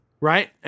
Right